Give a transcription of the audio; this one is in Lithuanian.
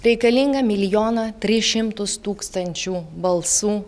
reikalinga milijoną tris šimtus tūkstančių balsų